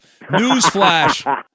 Newsflash